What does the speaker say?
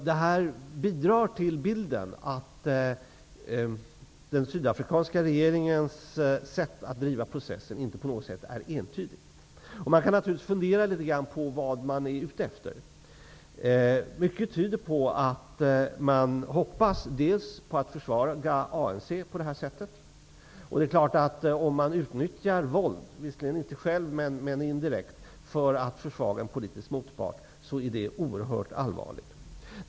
Det bidrar till bilden, att den sydafrikanska regeringens sätt att driva processen inte är på något sätt entydigt. Vi kan naturligtvis fundera litet över vad man är ute efter. Mycket tyder på att man hoppas att på det här sättet försvaga ANC. Det är klart att om man utnyttjar våld -- låt vara att man inte själv utövar det utan utnyttjar det indirekt -- för att försvaga en politisk motpart är detta oerhört allvarligt.